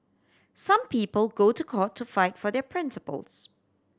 some people go to court to fight for their principles